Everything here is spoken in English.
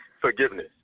forgiveness